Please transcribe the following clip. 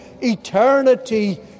Eternity